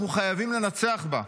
אנחנו חייבים לנצח בה.